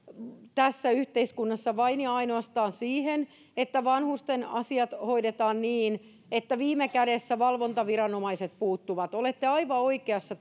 tässä yhteiskunnassa vain ja ainoastaan siihen että vanhusten asiat hoidetaan niin että viime kädessä valvontaviranomaiset puuttuvat olette aivan oikeassa